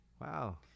Wow